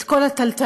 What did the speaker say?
את כל הטלטלה,